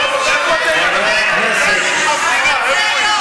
איפה היא?